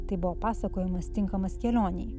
tai buvo pasakojimas tinkamas kelionei